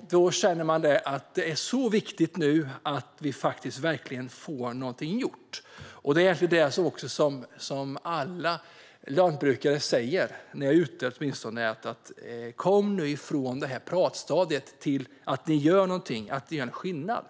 Därför är det så viktigt att vi nu faktiskt får någonting gjort. När jag är ute och talar med lantbrukare säger de att vi ska komma ifrån detta pratstadium till att göra något och göra skillnad.